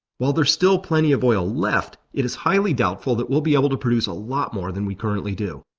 while there's still plenty of oil left, it is highly doubtful that we'll be able to produce a lot more than we currently do.